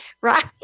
right